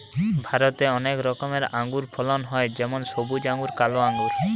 ভারতে অনেক রকমের আঙুরের ফলন হয় যেমন সবুজ আঙ্গুর, কালো আঙ্গুর